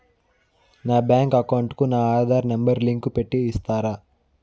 నా bank account కు నా ఆధార్ నెంబర్ లింకు పెట్టి ఇస్తారా?